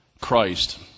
Christ